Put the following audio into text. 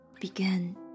began